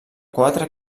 quatre